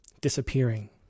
disappearing